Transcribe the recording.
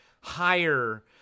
higher